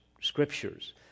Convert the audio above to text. scriptures